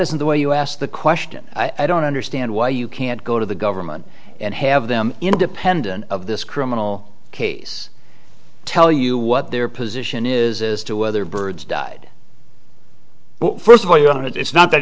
isn't the way you asked the question i don't understand why you can't go to the government and have them independent of this criminal case tell you what their position is as to whether birds died well first of all you don't it's not that